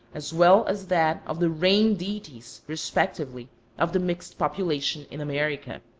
as well as that of the rain-deities respectively of the mixed population in america.